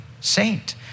saint